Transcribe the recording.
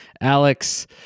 Alex